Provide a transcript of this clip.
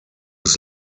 des